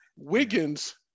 Wiggins